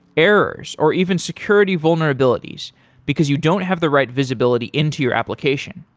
errors or even security vulnerabilities because you don't have the right visibility into your application?